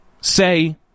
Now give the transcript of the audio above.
say